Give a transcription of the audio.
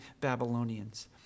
Babylonians